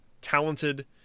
talented